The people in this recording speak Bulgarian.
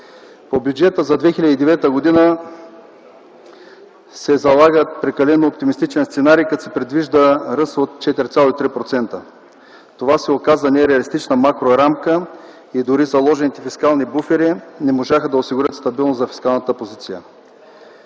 По бюджета за 2009 г. се залага прекалено оптимистичен сценарий, като се предвижда ръст от 4,3%. Това се оказа нереалистична макрорамка и дори заложените фискални буфери не можаха да осигурят стабилност във фискалната позиция.